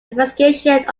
investigations